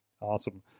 awesome